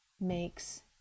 makes